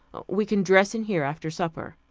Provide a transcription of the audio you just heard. we can dress in here after supper,